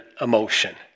emotion